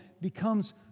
becomes